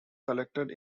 collected